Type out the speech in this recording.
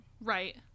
Right